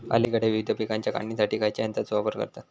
अलीकडे विविध पीकांच्या काढणीसाठी खयाच्या यंत्राचो वापर करतत?